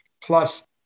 plus